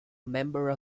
member